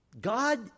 God